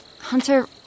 Hunter